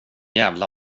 jävla